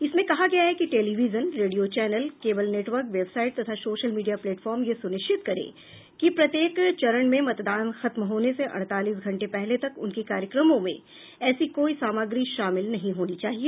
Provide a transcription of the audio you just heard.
इसमें कहा गया है कि television radio channel cable network website तथा सोशल मीडिया प्लेटफार्म यह सुनिश्चित करें कि प्रत्येक चरण में मतदान खत्म होने से अड़तालीस घण्टे पहले तक उनके कार्यक्रमों में ऐसी कोई सामग्री शामिल नहीं होनी चाहिए